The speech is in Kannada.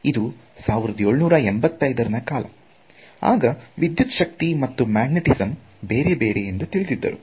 ಈದು 1785 ನ ಕಾಲ ಆಗ ವಿದ್ಯುತ್ ಶಕ್ತಿ ಮತ್ತು ಮ್ಯಾಗ್ನೆಟಿಸಮ್ ಬೇರೆಬೇರೆ ಎಂದು ತಿಳಿದಿದ್ದರು